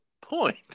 point